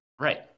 Right